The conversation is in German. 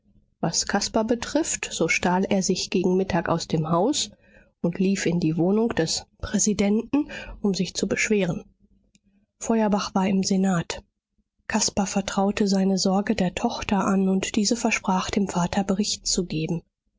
was caspar betrifft so stahl er sich gegen mittag aus dem haus und lief in die wohnung des präsidenten um sich zu beschweren feuerbach war im senat caspar vertraute seine sorge der tochter an und diese versprach dem vater bericht zu geben